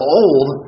old